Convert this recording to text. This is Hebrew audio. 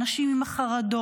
האנשים עם החרדות,